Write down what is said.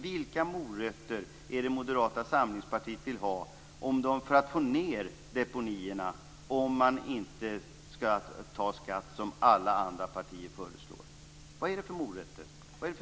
Vilka morötter vill Moderata samlingspartiet ha för att få ned deponierna om man inte skall ta ut skatt, som alla andra partier föreslår. Vilka morötter är det?